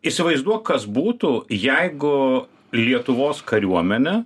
įsivaizduok kas būtų jeigu lietuvos kariuomenė